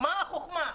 מה החכמה?